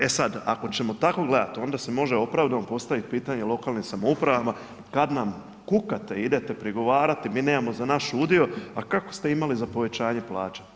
E sad, ako ćemo tako gledat, onda se može opravdano postavit pitanje lokalnim samoupravama, kad nam kukate, idete prigovarati, mi nemamo za naš udio, a kako ste imali za povećanje plaća?